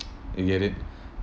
you get it